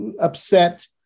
upset